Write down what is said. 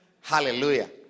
Hallelujah